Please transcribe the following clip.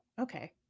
okay